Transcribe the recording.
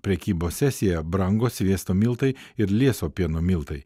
prekybos sesiją brango sviesto miltai ir lieso pieno miltai